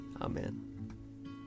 Amen